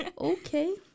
Okay